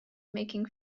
making